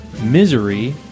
Misery